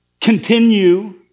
continue